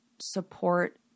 support